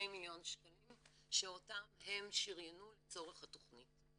מיליון שקלים שאותם הם שריינו לצורך התכנית.